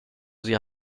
sie